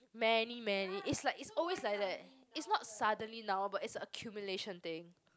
many many it's like it's always like that it's not suddenly now but it's a accumulation thing